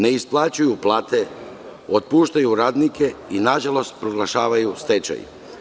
Ne isplaćuju plate, otpuštaju radnike i, nažalost, proglašavaju stečaj.